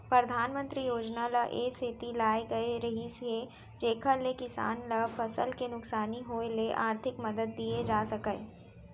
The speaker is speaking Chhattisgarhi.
परधानमंतरी योजना ल ए सेती लाए गए रहिस हे जेकर ले किसान ल फसल के नुकसानी होय ले आरथिक मदद दिये जा सकय